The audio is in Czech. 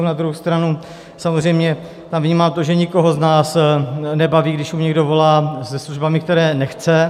Na druhou stranu samozřejmě tam vnímám to, že nikoho z nás nebaví, když mu někdo volá se službami, které nechce.